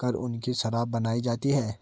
कर उनकी शराब बनाई जाती है